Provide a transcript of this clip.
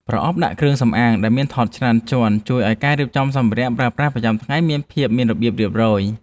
ប្រអប់ដាក់គ្រឿងសម្អាងដែលមានថតច្រើនជាន់ជួយឱ្យការរៀបចំសម្ភារៈប្រើប្រាស់ប្រចាំថ្ងៃមានភាពមានរបៀបរៀបរយ។